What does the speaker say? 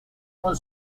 con